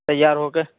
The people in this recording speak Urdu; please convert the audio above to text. تیار ہو کے